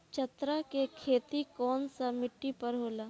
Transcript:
चन्ना के खेती कौन सा मिट्टी पर होला?